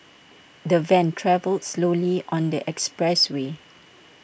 the van travelled slowly on the expressway